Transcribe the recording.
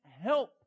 help